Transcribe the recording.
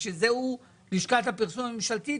בשביל זה הם לשכת הפרסום הממשלתית,